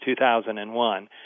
2001